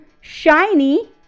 shiny